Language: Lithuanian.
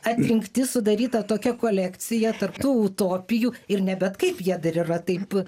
atrinkti sudaryta tokia kolekcija tarp tų utopijų ir ne bet kaip jie dar yra taip